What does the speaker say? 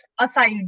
aside